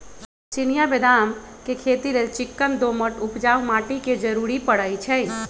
चिनियाँ बेदाम के खेती लेल चिक्कन दोमट उपजाऊ माटी के जरूरी पड़इ छइ